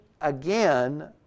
again